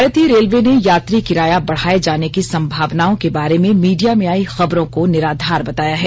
भारतीय रेलवे ने यात्री किराया बढ़ाए जाने की सम्भावनाओं के बारे में मीडिया में आई खबरों को निराधार बताया है